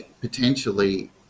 potentially